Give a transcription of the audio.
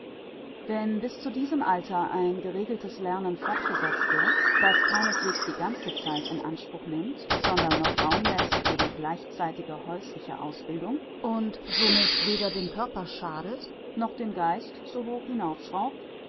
wenn bis zu diesem alter ein geregeltes lernen fortgesetzt wird das keineswegs die ganze zeit in anspruch nimmt sondern noch raum läßt für die gleichzeitige häusliche ausbildung und somit weder dem körper schadet noch den geist zu hoch